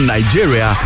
Nigeria